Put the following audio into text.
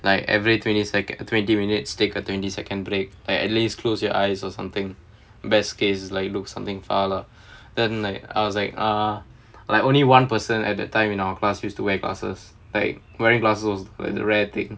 like every twenty second twenty minutes take a twenty second break like at least close your eyes or something best case is like look something far lah then like I was like ah like only one person at that time in our class used to wear glasses like wearing glasses were the rare thing